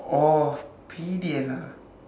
orh P_D_L ah